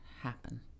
happen